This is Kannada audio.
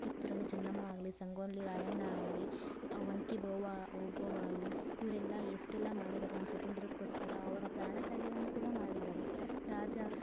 ಕಿತ್ತೂರು ರಾಣಿ ಚೆನ್ನಮ್ಮ ಆಗಲಿ ಸಂಗೊಳ್ಳಿ ರಾಯಣ್ಣ ಆಗಲಿ ಒನಕೆ ಓಬವ್ವ ಓಬವ್ವ ಆಗಲಿ ಇವರೆಲ್ಲ ಎಷ್ಟೆಲ್ಲ ಮಾಡಿದಾರೆ ನಮ್ಮ ಸ್ವಾತಂತ್ರ್ಯಕ್ಕೋಸ್ಕರ ಅವರ ಪ್ರಾಣ ತ್ಯಾಗವನ್ನು ಕೂಡ ಮಾಡಿದ್ದಾರೆ ರಾಜ